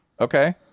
Okay